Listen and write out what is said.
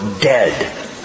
dead